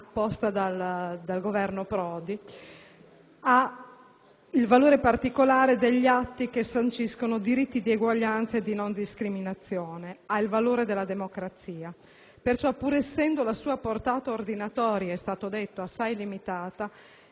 il valore particolare degli atti che sanciscono diritti di uguaglianza e di non discriminazione, e dunque il valore della democrazia.